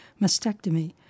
mastectomy